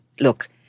look